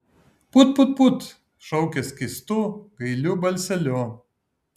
put put put šaukė skystu gailiu balseliu